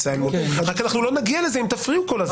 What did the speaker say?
רק שלא נגיע לזה אם תפריעו כל הזמן.